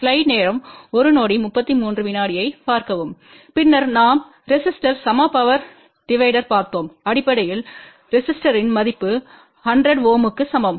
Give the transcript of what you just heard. slide நேரம் 0133 ஐப் பார்க்கவும் பின்னர் நாம் ரெசிஸ்டோர்யுடன் சம பவர் டிவைடர்யைப் பார்த்தோம் அடிப்படையில் ரெசிஸ்டோர்யின் மதிப்பு 100 Ω க்கு சமம்